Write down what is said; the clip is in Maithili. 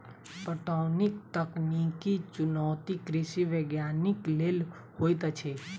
पटौनीक तकनीकी चुनौती कृषि वैज्ञानिक लेल होइत अछि